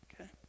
okay